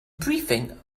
briefing